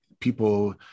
people